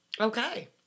Okay